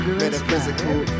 metaphysical